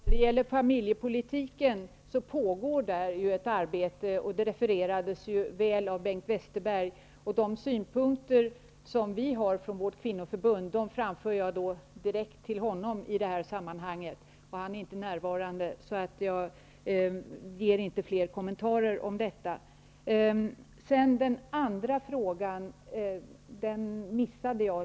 Fru talman! I fråga om familjepolitiken pågår det ett arbete, vilket refererades av Bengt Westerberg. De synpunkter som vi i vårt kvinnoförbund har framför jag direkt till honom. Eftersom han inte är närvarande, ger jag inte fler kommentarer om detta. Den andra frågan missade jag.